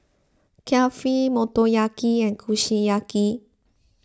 Kulfi Motoyaki and Kushiyaki